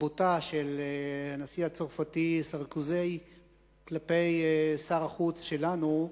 בוטה של הנשיא הצרפתי סרקוזי כלפי שר החוץ שלנו.